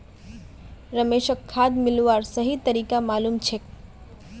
रमेशक खाद मिलव्वार सही तरीका मालूम छेक